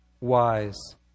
wise